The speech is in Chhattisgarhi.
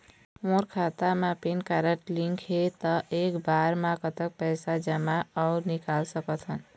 मोर खाता मा पेन कारड लिंक हे ता एक बार मा कतक पैसा जमा अऊ निकाल सकथन?